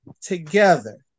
together